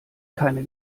keine